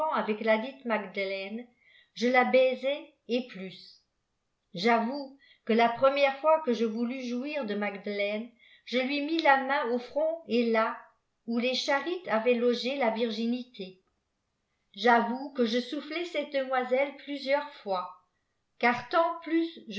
avec ladite magdelaine je là baisai et plus j'avoue que la première fois que je voulus jouir de magdelaine je lui mis la main au front et là où les charités avaient logé la virginilé c j'avoue que je soufflai cette deoioiselle plusieurs fois